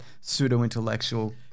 pseudo-intellectual